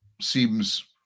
seems